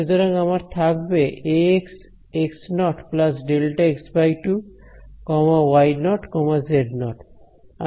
সুতরাং আমার থাকবে Axx0 Δx2 y0 z0